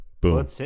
Boom